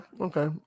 okay